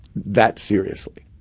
that seriously.